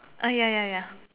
ah ya ya ya